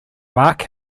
mark